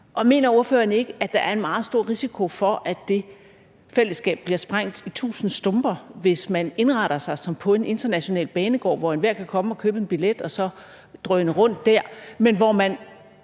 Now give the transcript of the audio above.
Og mener ordføreren ikke, at der er en meget stor risiko for, at det fællesskab bliver sprængt i tusind stumper, hvis man indretter sig som på en international banegård, hvor enhver kan komme og købe en billet og så drøne rundt der, men hvor man